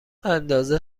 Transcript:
اندازه